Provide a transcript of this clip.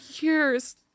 years